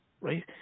right